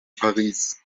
paris